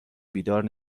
بیدار